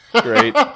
Great